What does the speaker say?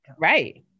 Right